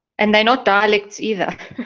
and, they're not dialects either.